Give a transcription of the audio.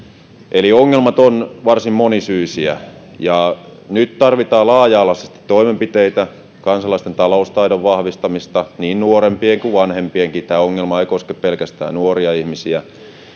eli ongelmat ovat varsin monisyisiä ja nyt tarvitaan laaja alaisesti toimenpiteitä kansalaisten taloustaidon vahvistamista niin nuorempien kuin vanhempienkin tämä ongelma ei koske pelkästään nuoria ihmisiä